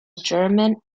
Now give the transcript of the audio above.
german